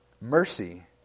Mercy